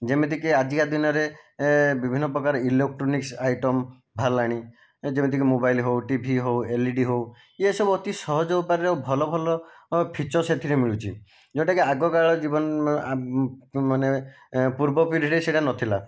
ଯେମିତି କି ଆଜିକା ଦିନରେ ବିଭିନ୍ନ ପ୍ରକାର ଇଲୋଟ୍ରୋନିକ୍ସ ଆଇଟମ୍ ବାହାରିଲାଣି ଯେମିତି କି ମୋବାଇଲ ହେଉ ଟିଭି ହେଉ ଏଲ୍ଇଡ଼ି ହେଉ ଇଏସବୁ ଅତି ସହଜ ଉପାୟରେ ଆଉ ଭଲ ଭଲ ଫିଚର୍ସ ଏଥିରେ ମିଳୁଛି ଯେଉଁଟାକି ଆଗକାଳ ଜୀବନ ମାନେ ପୂର୍ବ ପିଢ଼ୀରେ ସେଟା ନଥିଲା